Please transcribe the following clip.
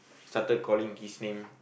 started calling his name